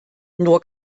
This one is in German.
nur